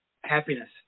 Happiness